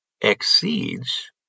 exceeds